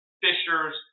fishers